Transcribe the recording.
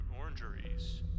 orangeries